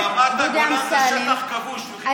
אני